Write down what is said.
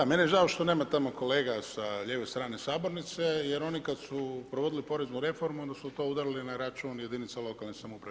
Da, meni je žao što nema tamo kolega sa lijeve strane sabornice, jer oni kada su provodili poreznu reformu, onda su to udarili na račun jedinice lokalne samouprave.